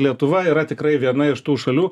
lietuva yra tikrai viena iš tų šalių